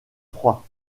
froid